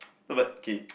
no but K